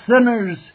sinners